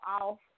off